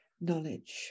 knowledge